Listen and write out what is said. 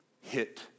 hit